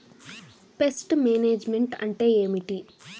Pest management అంటే ఏమిటి?